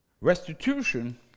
Restitution